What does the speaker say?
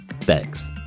thanks